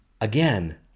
Again